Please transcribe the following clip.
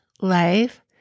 life